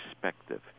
perspective